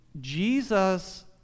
Jesus